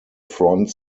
front